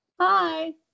Hi